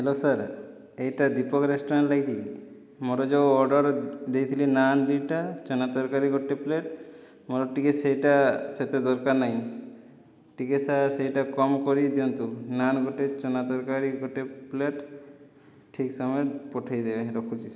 hello sir ଏଇଟା Deepak restaurant ଲାଗିଛିକି ମୋର ଯେଉଁ ଅର୍ଡ଼ର ଦେଇଥିଲି ନାନ୍ ଦୁଇଟା ଚନା ତରକାରୀ ଗୋଟିଏ ପ୍ଳେଟ ମୋର ଟିକେ ସେଇଟା ସେତେ ଦରକାର ନାହିଁ ଟିକେ ସାର୍ ସେଇଟା କମ୍ କରିକି ଦିଅନ୍ତୁ ନାନ୍ ଗୋଟେ ଚନା ତରକାରୀ ଗୋଟେ ପ୍ଳେଟ ଠିକ୍ ସମୟରେ ପଠେଇଦେବେ ରଖୁଛି ସାର୍